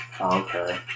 Okay